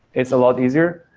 it's a lot easier,